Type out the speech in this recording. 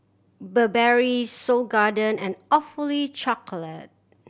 Burberry Seoul Garden and Awfully Chocolate